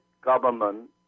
government